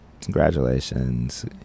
congratulations